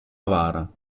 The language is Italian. avara